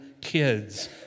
kids